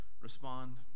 respond